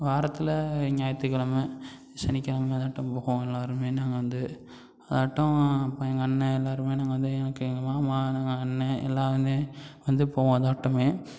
வாரத்தில் ஞாயித்துக்கிலம சனிக்கிலம இதாட்டம் போவோம் எல்லாருமே நாங்கள் வந்து அதாட்டம் இப்போ எங்கள் அண்ணே எல்லாருமே நாங்கள் வந்து எனக்கு எங்கள் மாமா நான் அண்ணே எல்லாம் வந்து வந்து போவோம் அதாட்டமே